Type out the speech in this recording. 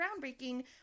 groundbreaking